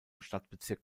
stadtbezirk